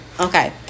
Okay